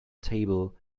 table